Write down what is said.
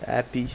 appy